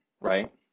right